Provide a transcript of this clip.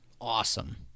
Awesome